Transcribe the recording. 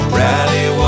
rally